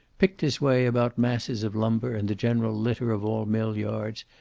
picked his way about masses of lumber and the general litter of all mill yards,